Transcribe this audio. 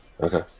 Okay